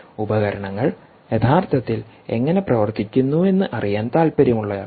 ഉപകരണങ്ങൾ യഥാർത്ഥത്തിൽ എങ്ങനെ പ്രവർത്തിക്കുന്നുവെന്ന് അറിയാൻ താൽപ്പര്യമുള്ളയാൾ